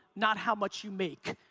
not how much you make.